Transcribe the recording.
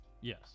yes